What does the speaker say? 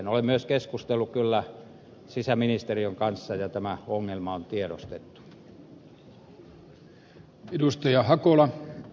olen myös keskustellut kyllä sisäministeriön kanssa ja tämä ongelma on tiedostettu